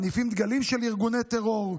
מניפים דגלים של ארגוני טרור,